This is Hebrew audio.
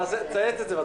תודה.